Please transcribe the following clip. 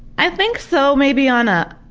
i think so maybe on a